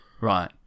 Right